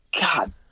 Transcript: God